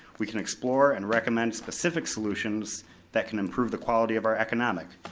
we can explore and recommend specific solutions that can improve the quality of our economic,